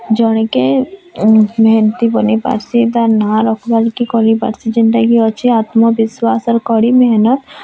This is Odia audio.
ଜଣେକେ ମେହେନତି ବନେଇପାର୍ସି ତାର୍ ନାଁ ରଖବାର୍ କେ କରିପାରସି ଜେଣ୍ଟାକି ଅଛେ ଆତ୍ମବିଶ୍ଵାସ୍ ଆର୍ କଡ଼ି ମେହେନତ୍